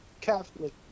Catholic